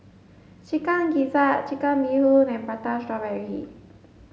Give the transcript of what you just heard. chicken gizzard chicken Bee Hoon and Prata strawberry